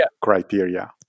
criteria